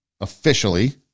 officially